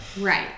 Right